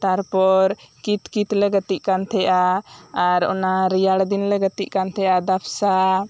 ᱛᱟᱨᱯᱚᱨ ᱠᱤᱛ ᱠᱤᱛ ᱞᱮ ᱜᱟᱛᱮᱜ ᱠᱟᱱ ᱛᱟᱦᱮᱸᱜᱼᱟ ᱟᱨ ᱚᱱᱟ ᱨᱮᱭᱟᱲ ᱫᱤᱱ ᱞᱮ ᱜᱟᱛᱮᱜ ᱠᱟᱱ ᱛᱟᱦᱮᱸᱜᱼᱟ ᱫᱟᱯᱥᱟ